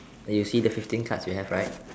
you see the fifteen cards you have right